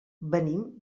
venim